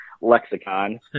lexicon